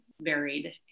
varied